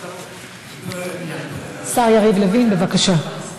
השר יריב לוין, בבקשה.